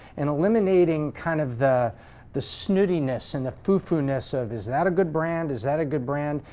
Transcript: and eliminating kind of the the snootiness and the foo-foo-ness of is that a good brand, is that a good brand.